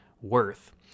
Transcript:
worth